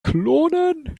klonen